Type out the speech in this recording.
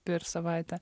per savaitę